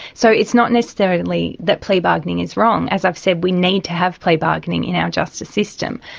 so, it's not necessarily that plea bargaining is wrong as i've said, we need to have plea bargaining in our justice system,